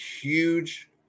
huge